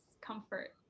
comfort